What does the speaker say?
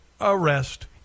arrest